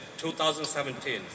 2017